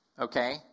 okay